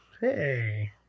Hey